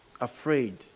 afraid